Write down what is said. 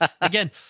Again